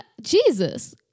Jesus